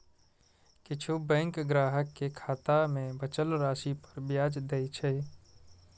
किछु बैंक ग्राहक कें खाता मे बचल राशि पर ब्याज दै छै